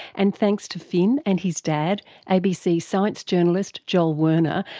and thanks to finn and his dad, abc science journalist joel werner,